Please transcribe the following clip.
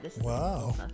Wow